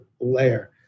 layer